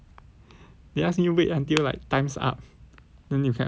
they ask me wait until like time's up then you can appeal